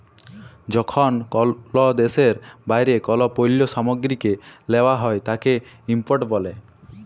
যখন কল দ্যাশের বাইরে কল পল্য সামগ্রীকে লেওয়া হ্যয় তাকে ইম্পোর্ট ব্যলে